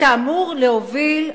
אתה אמור להוביל,